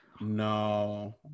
No